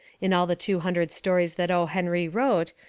in all the two hundred stories that o. henry wrote,